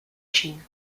chine